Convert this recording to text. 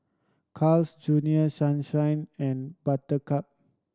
Carl's Junior Sunshine and Buttercup